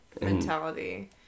mentality